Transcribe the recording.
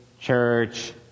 church